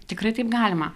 tikrai taip galima